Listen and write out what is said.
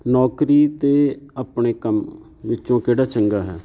ਨੌਕਰੀ ਅਤੇ ਆਪਣੇ ਕੰਮ ਵਿੱਚੋਂ ਕਿਹੜਾ ਚੰਗਾ ਹੈ